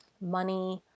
money